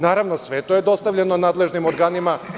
Naravno, sve je to dostavljeno nadležnim organima.